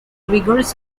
vigorous